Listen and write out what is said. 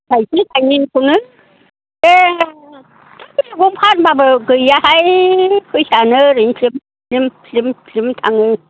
थाइसे थाइनैखौनो ए मैगं फानबाबो गैयाहाय फैसायानो ओरैनो स्लिम स्लिम थाङो